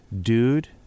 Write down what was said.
Dude